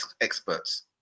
experts